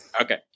Okay